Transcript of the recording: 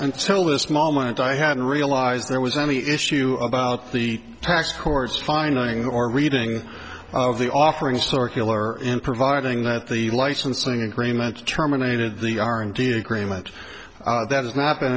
until this moment i hadn't realized there was any issue about the tax course fining or reading of the offering circular and providing that the licensing agreement terminated the r and d agreement that has not been